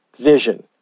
vision